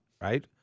right